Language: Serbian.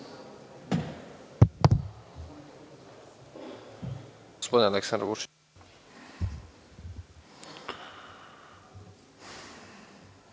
Hvala vam